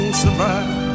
survive